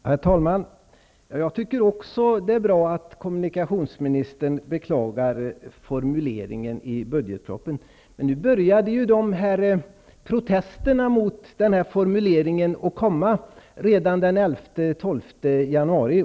Herr talman! Jag tycker också att det är bra att kommunikationsministern beklagar formuleringen i budgetpropositionen. Men protesterna mot denna formulering började komma redan den 11 och den 12 januari.